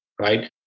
right